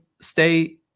stay